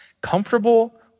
comfortable